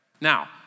Now